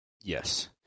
Yes